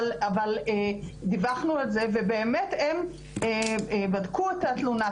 אבל דיווחנו על זה ובאמת הם בדקו את התלונה,